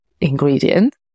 ingredient